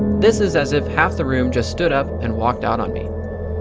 this is as if half the room just stood up and walked out on me.